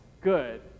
good